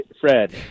Fred